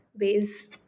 ways